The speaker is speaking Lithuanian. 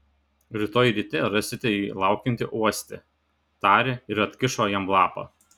rytoj ryte rasite jį laukiantį uoste tarė ir atkišo jam lapą